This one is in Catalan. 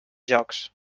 llocs